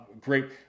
Great